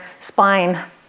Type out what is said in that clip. spine